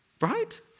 Right